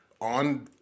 on